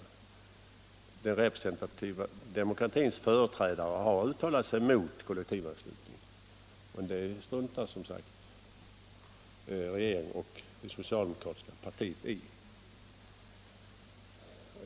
Den representativa demo kratins företrädare har uttalat sig mot kollektivanslutningen, men det struntar som sagt regeringen och det socialdemokratiska partiet i.